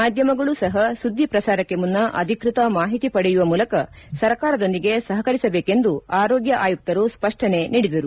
ಮಾಧ್ವಮಗಳೂ ಸಪ ಸುದ್ದಿ ಪ್ರಸಾರಕ್ಷೆ ಮುನ್ನ ಅಧಿಕೃತ ಮಾಹಿತಿ ಪಡೆಯುವ ಮೂಲಕ ಸರ್ಕಾರದೊಂದಿಗೆ ಸಪಕರಿಸಬೇಕೆಂದು ಆರೋಗ್ಯ ಆಯುಕ್ತರು ಸ್ಪಷ್ಟನೆ ನೀಡಿದರು